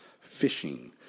fishing